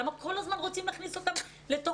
למה כל הזמן רוצים להכניס אותם לכיתה?